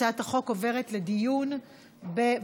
הצעת החוק עוברת לדיון בוועדת